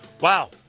Wow